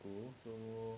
so